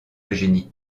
eugénie